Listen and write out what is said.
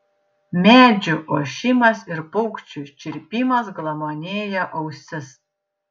medžių ošimas ir paukščių čirpimas glamonėja ausis